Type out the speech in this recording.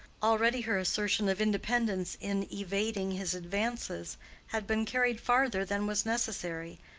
already her assertion of independence in evading his advances had been carried farther than was necessary,